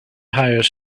hire